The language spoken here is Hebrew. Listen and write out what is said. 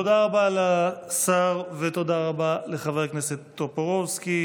תודה רבה לשר, ותודה רבה לחבר הכנסת טופורובסקי.